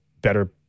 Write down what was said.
better